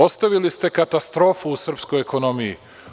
Ostavili ste katastrofu u srpskoj ekonomiji.